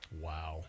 Wow